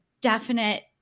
definite